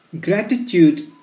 Gratitude